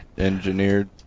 Engineered